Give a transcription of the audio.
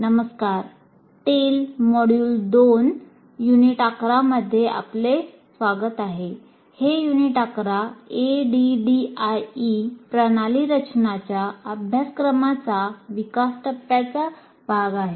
नमस्कार टेल अभ्यासक्रमाचा विकास टप्प्याचा भाग आहे